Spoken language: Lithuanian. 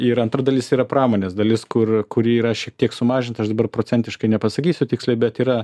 ir antra dalis yra pramonės dalis kur kuri yra šiek tiek sumažinta aš dabar procentiškai nepasakysiu tiksliai bet yra